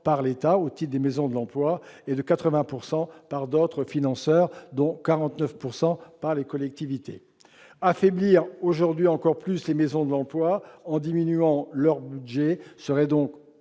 par l'État au titre des maisons de l'emploi et de 80 % par d'autres financeurs, dont 40 % par les collectivités. Affaiblir encore davantage les maisons de l'emploi en diminuant leur budget serait donc